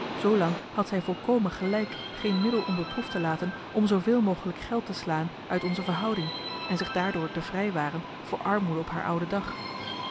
zoolang had zij volkomen gelijk geen middel onbeproefd te laten om zooveel mogelijk geld te slaan uit onze verhouding en zich daardoor te vrijwaren voor armoede op haar oude dag